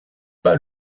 pas